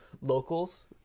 locals